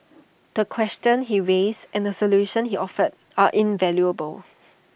the questions he raised and the solutions he offered are invaluable